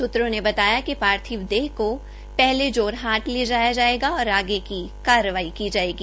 सूत्रों ने बताया कि पार्थिव देह को पहले जोरहट ले जायेगा और आगे की कारवाई की जायेगी